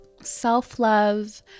self-love